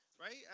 right